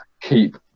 keep